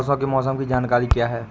परसों के मौसम की जानकारी क्या है?